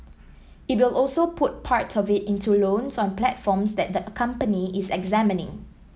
it will also put part of it into loans on platforms that the company is examining